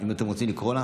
האם אתם רוצים לקרוא לה?